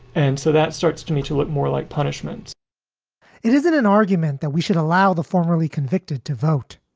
and so that starts to me to look more like punishment it isn't an argument that we should allow the formerly convicted to vote.